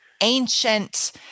ancient